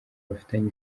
bafitanye